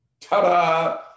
Ta-da